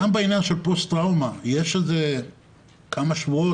גם בעניין של פוסט טראומה יש כמה שבועות,